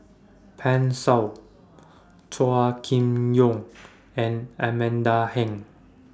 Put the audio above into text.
Pan Shou Chua Kim Yeow and Amanda Heng